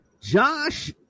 Josh